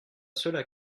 cela